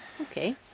Okay